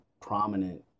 prominent